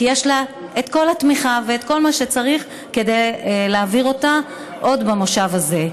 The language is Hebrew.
כי יש לה את כל התמיכה ואת כל מה שצריך כדי להעביר אותה עוד במושב הזה.